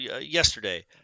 yesterday